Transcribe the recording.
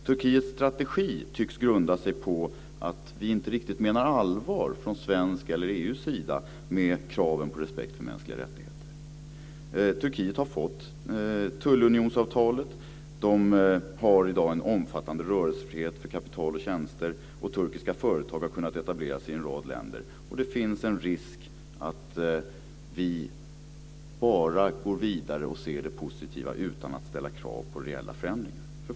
Turkiets strategi tycks grunda sig på att vi inte riktigt menar allvar från svensk sida eller från EU:s sida med kraven på respekt för mänskliga rättigheter. Turkiet har fått tullunionsavtalet. Man har i dag en omfattande rörelsefrihet för kapital och tjänster. Och turkiska företag har kunnat etablera sig i en rad länder. Och det finns en risk att vi bara går vidare och ser det positiva utan att ställa krav på reella förändringar.